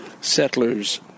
settlers